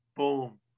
Boom